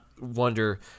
wonder